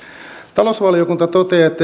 talousvaliokunta toteaa että